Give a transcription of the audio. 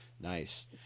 nice